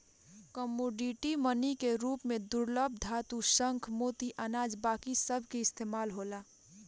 commodity money के रूप में दुर्लभ धातु, शंख, मोती, अनाज बाकी सभ के इस्तमाल होला